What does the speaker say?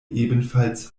ebenfalls